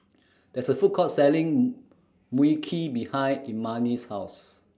There IS A Food Court Selling Mui Kee behind Imani's House